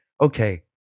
okay